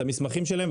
את המסמכים שלהם,